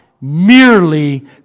merely